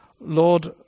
Lord